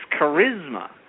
charisma